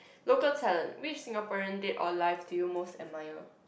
local talent which Singaporean date all life do you most admire